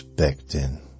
Expecting